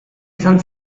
izan